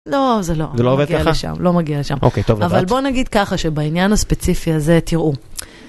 לא, זה לא מגיע לשם, אבל בוא נגיד ככה שבעניין הספציפי הזה תראו